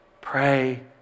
Pray